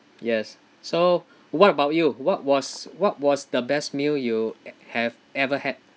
yes so what about you what was what was the best meal you have ever had